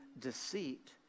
deceit